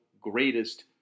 greatest